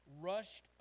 rushed